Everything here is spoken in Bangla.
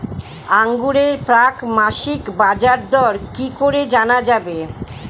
আঙ্গুরের প্রাক মাসিক বাজারদর কি করে জানা যাবে?